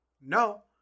No